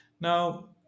Now